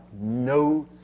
no